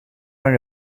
dan